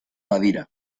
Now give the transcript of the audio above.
badira